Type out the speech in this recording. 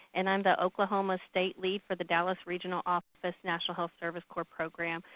and i am the oklahoma state lead for the dallas regional office, national health service corps program.